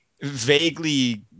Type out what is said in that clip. vaguely